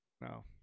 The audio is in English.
no